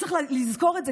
וצריך לזכור את זה,